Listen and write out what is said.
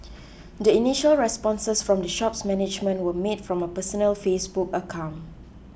the initial responses from the shop's management were made from a personal Facebook account